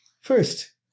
First